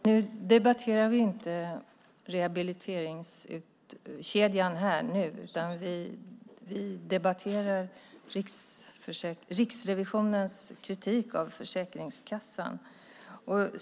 Fru talman! Nu debatterar vi inte rehabiliteringskedjan, utan vi debatterar Riksrevisionens kritik av Försäkringskassan.